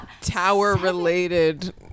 tower-related